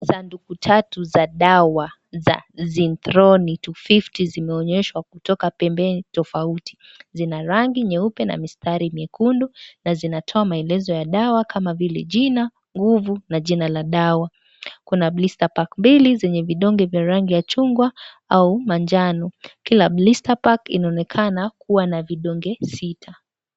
Sanduku tatu za dawa za Zetron 250, zimeonyeshwa kutoka pembeni tofauti. Zina rangi nyeupe na mistari miekundu na zinatoa maelezo ya dawa kama vile jina, nguvu na jina la dawa. Kuna Blister Pack mbili, zenye vidonge vya rangi ya chungwa au majano. Kila Blister Pack inaonekana kuwa na vidonge sita.